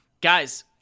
guys